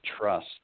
trust